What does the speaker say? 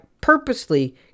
purposely